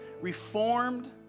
reformed